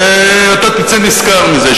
אתה תצא נשכר מזה.